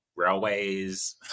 railways